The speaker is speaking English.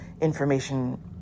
information